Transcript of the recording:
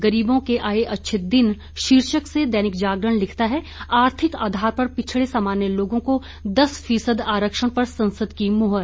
गरीबों के आए अच्छे दिन शीर्षक से दैनिक जागरण लिखता है आर्थिक आधार पर पिछड़े सामान्य लोगों को दस फीसद आरक्षण पर संसद की मोहर